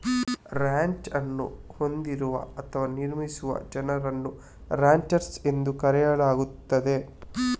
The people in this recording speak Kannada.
ರಾಂಚ್ ಅನ್ನು ಹೊಂದಿರುವ ಅಥವಾ ನಿರ್ವಹಿಸುವ ಜನರನ್ನು ರಾಂಚರ್ಸ್ ಎಂದು ಕರೆಯಲಾಗುತ್ತದೆ